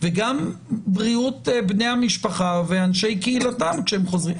וגם בריאות בני המשפחה ואנשי קהילתם כשהם חוזרים.